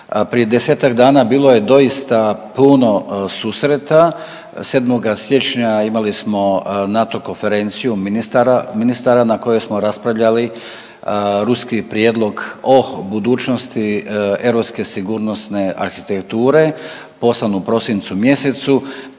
Prije 10-tak dana bilo je doista puno susreta. 7. siječnja imali smo NATO konferenciju ministara na kojoj smo raspravljali ruski prijedlog o budućnosti europske sigurnosne arhitekture, posebno u prosincu mjesecu,